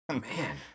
Man